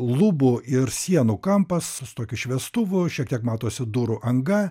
lubų ir sienų kampas su tokiu šviestuvu šiek tiek matosi durų anga